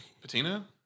Patina